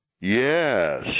Yes